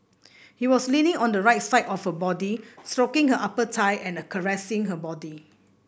he was leaning on the right side of her body stroking her upper thigh and caressing her body